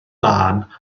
lân